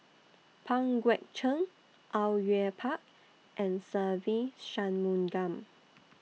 Pang Guek Cheng Au Yue Pak and Se Ve Shanmugam